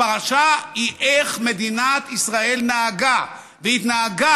הפרשה היא איך מדינת ישראל נהגה והתנהגה